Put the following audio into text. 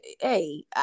hey